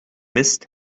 mist